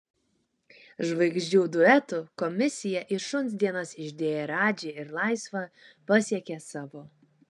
žvaigždžių duetų komisiją į šuns dienas išdėję radži ir laisva pasiekė savo